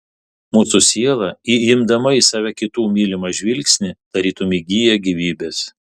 mūsų siela įimdama į save kitų mylimą žvilgsnį tarytum įgyja gyvybės